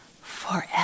forever